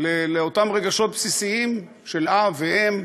לאותם רגשות בסיסיים של אב ואם,